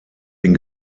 den